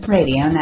Radio